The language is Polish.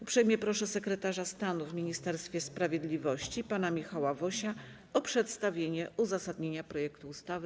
Uprzejmie proszę sekretarza stanu w Ministerstwie Sprawiedliwości pana Michała Wosia o przedstawienie uzasadnienia projektu ustawy.